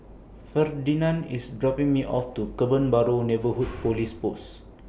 Ferdinand IS dropping Me off to Kebun Baru Neighbourhood Police Post